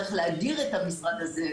צריך להאדיר את המשרד הזה,